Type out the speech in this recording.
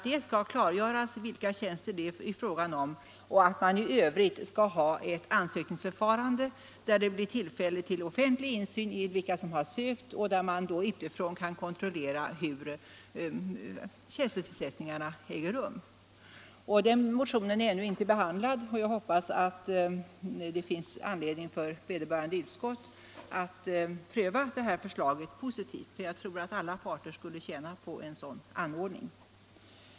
Det skall klargöras vilka tjänster det är fråga om och man skall i övrigt ha ett ansökningsförfarande där det blir tillfälle till offentlig insyn i vilka som har sökt och där man utifrån kan kontrollera hur tjänstetillsättningarna äger rum. Den motionen har ännu inte behandlats, och jag hoppas att vederbörande utskont finner anledning att pröva detta förslag positivt; jag tror alt alla parter skulle tjäna på en sådan anordning.